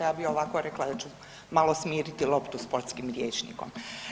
Ja bi ovako rekla da ću malo smiriti loptu sportskim rječnikom.